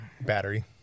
battery